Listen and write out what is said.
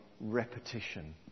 repetition